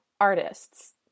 artists